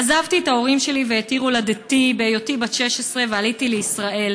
עזבתי את ההורים שלי ואת עיר הולדתי בהיותי בת 16 ועליתי לישראל.